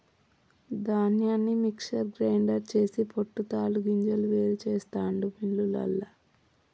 ధాన్యాన్ని mixer grinder చేసి పొట్టు తాలు గింజలు వేరు చెస్తాండు మిల్లులల్ల